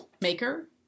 maker